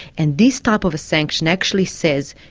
and this type of sanction actually says,